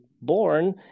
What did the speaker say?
born